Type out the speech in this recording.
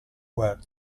were